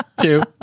two